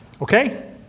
Okay